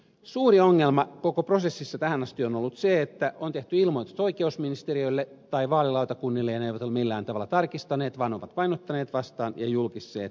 suuri ongelma koko prosessissa tähän asti on ollut se että on tehty ilmoitus oikeusministeriölle tai vaalilautakunnille ja ne eivät ole millään tavalla tarkistaneet vaan ovat vain ottaneet vastaan ja julkaisseet